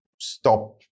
stop